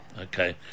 Okay